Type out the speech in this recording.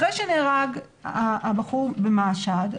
אחרי שנהרג הבחור במשהד,